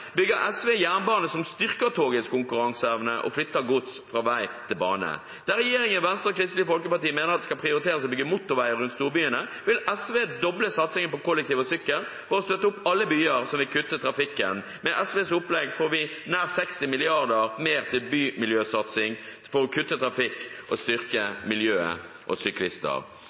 bygge motorvei mellom byene, noe som svekker togets konkurranseevne for folk og for gods, som flyttes til vei, bygger SV jernbane som styrker togets konkurranseevne og flytter gods fra vei til bane. Der regjeringen, Venstre og Kristelig Folkeparti mener det skal prioriteres å bygge motorveier rundt storbyene, vil SV doble satsingen på kollektivtransport og sykkel og støtte opp om alle byer som vil kutte trafikken. Med SVs opplegg får vi nær 60 mrd. kr mer til bymiljøsatsing for